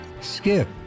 skip